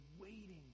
waiting